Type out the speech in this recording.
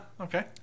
Okay